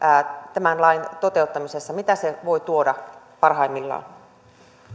tämän lain toteuttamisessa mitä se voi tuoda parhaimmillaan